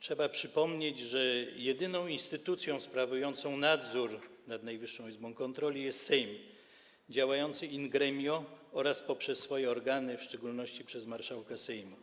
trzeba przypomnieć, że jedyną instytucją sprawującą nadzór nad Najwyższą Izbą Kontroli jest Sejm działający in gremio oraz przez swoje organy, w szczególności przez marszałka Sejmu.